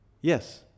Yes